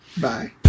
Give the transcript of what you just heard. Bye